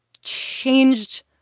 changed